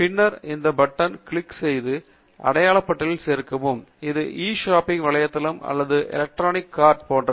பின்னர் இந்த பட்டன்னை கிளிக் செய்து அடையாள பட்டியலில் சேர்க்கவும் இது என்னவென்றால் இது ஒரு இ ஷாப்பிங் வலைத்தளம் அல்லது ஒரு எலக்ட்ரானிக் கார்ட் போன்றது